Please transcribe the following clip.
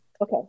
Okay